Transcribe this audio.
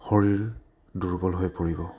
শৰীৰ দুৰ্বল হৈ পৰিব